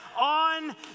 on